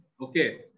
Okay